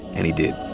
and he did.